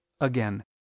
again